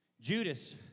Judas